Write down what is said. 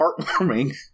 heartwarming